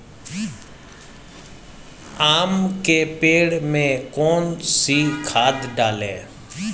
आम के पेड़ में कौन सी खाद डालें?